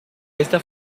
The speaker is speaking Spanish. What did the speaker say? esta